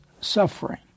suffering